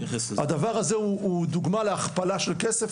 הדבר הזה הוא דוגמא להכפלה של כסף,